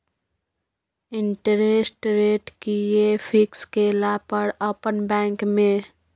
Interest rate कि ये fix केला पर अपन बैंक में?